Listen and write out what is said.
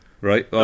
Right